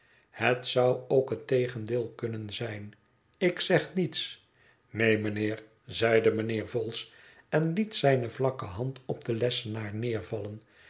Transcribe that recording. het zou ook het tegendeel kunnen zijn ik zeg niets neen mijnheer zeide mijnheer vholes en liet zijne vlakke hand op den lessenaar neervallen